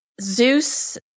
Zeus